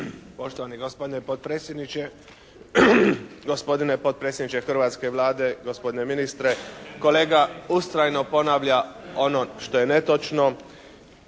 Poštovani gospodine potpredsjedniče, gospodine potpredsjedniče hrvatske Vlade, gospodine ministre. Kolega ustrajno ponavlja ono što je netočno